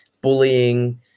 bullying